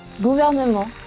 Gouvernement